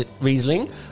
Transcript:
Riesling